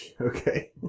okay